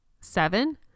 seven